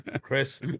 chris